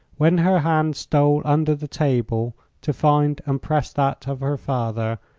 when her hand stole under the table to find and press that of her father,